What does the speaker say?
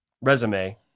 resume